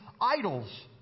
idols